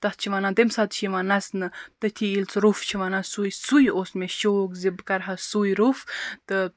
تَتھ چھِ وَنان تَمہِ ساتہٕ چھِ ونان نَژنہٕ تٔتھی ییٚلہِ سُہ روٚف چھُ وَنان سُے سُے اوس مےٚ شوق زِ بہٕ کرٕہا سُے روٚف